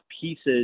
pieces